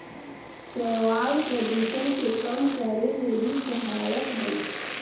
शैवाल प्रदूषण के कम करे में भी सहायक हई